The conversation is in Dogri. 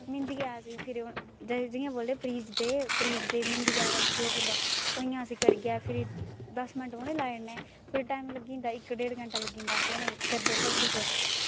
मिंदियां फिर जि'यां बोलदे परीचदे मिंदियै बैसे जो बी होंदा उ'नें गी अस करियै दस मिंट उ'नें गी लाई ओड़ने फिर टाईम लग्गी जंदा इक डेड़ घैंटा लग्गी जंदा उ'नें गी सब कुछ करदे